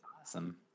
Awesome